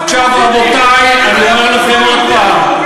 עכשיו, רבותי, אני אומר לכם עוד הפעם.